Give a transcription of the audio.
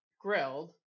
Grilled